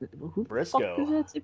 Briscoe